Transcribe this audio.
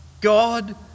God